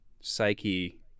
psyche